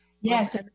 Yes